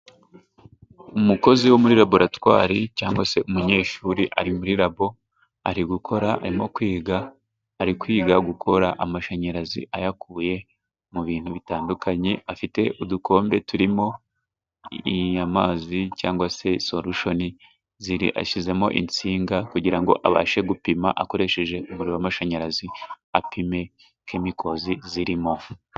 Umukozi wo muri laboratware cyangwa se umunyeshuri ari muri labo, ari gukora, arimo kwiga, ari kwiga gukora amashanyarazi ayakuye mu bintu bitandukanye. Afite udukombe turimo amazi cyangwa se sorushoni ziri, ashyizemo insinga kugira ngo abashe gupima akoresheje umuriro w'amashanyarazi, apime kemikozi zirimo.